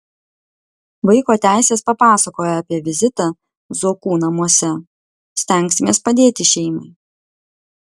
vaiko teisės papasakojo apie vizitą zuokų namuose stengsimės padėti šeimai